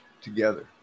together